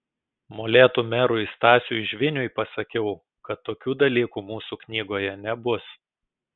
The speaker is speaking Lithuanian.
molėtų merui stasiui žviniui pasakiau kad tokių dalykų mūsų knygoje nebus